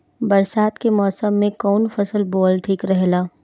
बरसात के मौसम में कउन फसल बोअल ठिक रहेला?